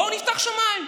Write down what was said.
בואו נפתח את השמיים.